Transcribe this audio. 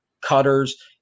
cutters